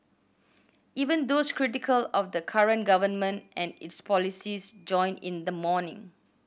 even those critical of the current government and its policies joined in the mourning